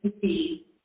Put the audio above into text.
see